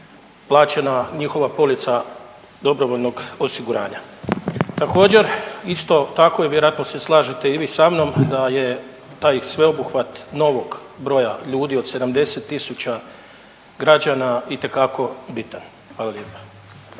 plaćena njihova polica dobrovoljnog osiguranja. Također isto tako i vjerojatno se slažete i vi sa mnom da je taj sveobuhvat novog broja ljudi od 70 tisuća građana itekako bitan, hvala lijepa.